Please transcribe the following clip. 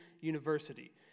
University